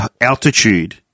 altitude